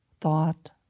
thought